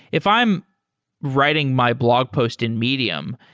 if i'm writing my blog post in medium,